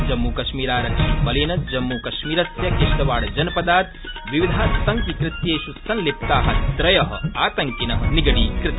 जम्मूकश्मीरारक्षिबलेन जम्मूकश्मीरस्य किश्तावाडजनपदात् विविधातंकि कृत्येष् संलिप्ता त्रय आतंकिन निगडीक़ता